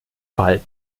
fall